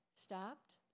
stopped